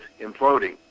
imploding